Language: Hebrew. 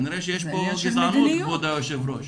כנראה שיש פה גזענות, כבוד היושב ראש,